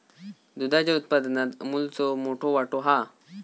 दुधाच्या उत्पादनात अमूलचो मोठो वाटो हा